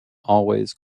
always